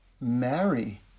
marry